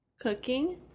cooking